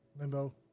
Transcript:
Limbo